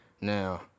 Now